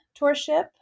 tourship